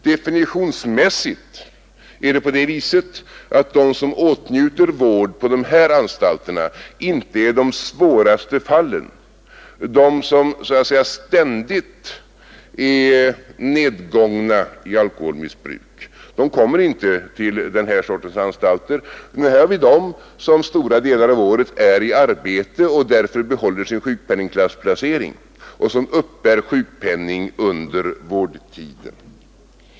Definitionsmässigt är det på det viset att de som åtnjuter vård på de här anstalterna inte är de svåraste fallen, de som så att säga ständigt är nedgångna i alkoholmissbruk. De kommer inte till den här sortens anstalter. Här har vi dem som stora delar av året är i arbete och därför behåller sin sjukpenningklassplacering och uppbär sjukpenning under vårdtiden.